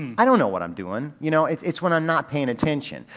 i don't know what i'm doing. you know it's it's when i'm not paying attention.